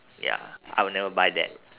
ya I would never buy that